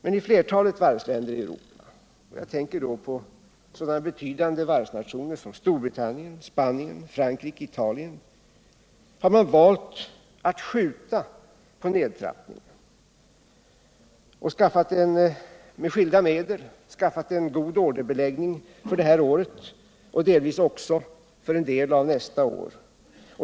Men i ett flertal varvsländer i Europa — jag tänker då på sådana betydande varvsnationer som Storbritannien, Spanien, Frankrike och Italien — har man valt att skjuta på nedtrappningen och med skilda medel skaffat sig en god orderbeläggning för det här året och delvis också för nästa år.